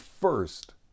first